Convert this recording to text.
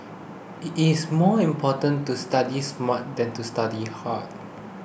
it is more important to study smart than to study hard